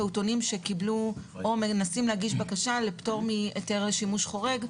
פעוטונים שקיבלו או מנסים להגיש בקשה לפטור מהיתר לשימוש חורג,